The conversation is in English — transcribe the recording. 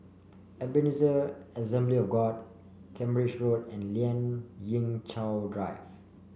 Ebenezer Assembly of God Cambridge Road and Lien Ying Chow Drive